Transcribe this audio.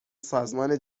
سازمان